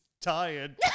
tired